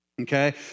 okay